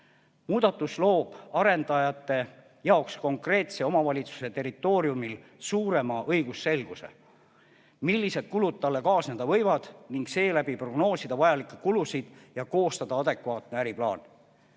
Muudatus loob arendajate jaoks konkreetse omavalitsuse territooriumil suurema õigusselguse, millised kulud talle kaasneda võivad, tänu sellele saab prognoosida vajalikke kulusid ja koostada adekvaatse äriplaani.